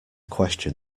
question